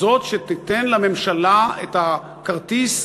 כזו שתיתן לממשלה את הכרטיס,